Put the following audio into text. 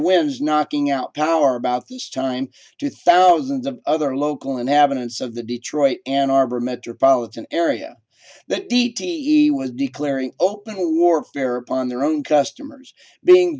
winds knocking out power about this time to thousands of other local inhabitants of the detroit an arbor metropolitan area that d t e was declaring open warfare upon their own customers being